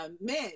men